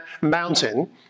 mountain